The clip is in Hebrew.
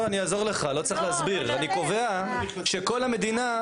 לא, אני אעזור לך, לא צריך להסביר.